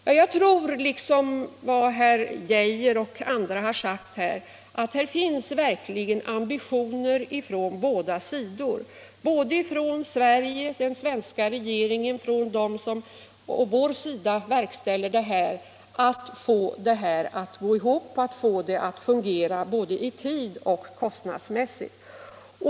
Jag instämmer i vad herr Geijer i Stockholm och andra talare har sagt, nämligen att här finns det verkligen ambitioner på båda sidor — både hos den svenska regeringen och hos dem som på vår sida verkställer projektet — att få kalkylerna att hålla både i tid och kostnadsmässigt.